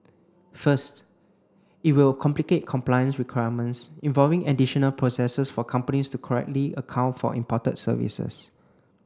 first it will complicate compliance requirements involving additional processes for companies to correctly account for imported services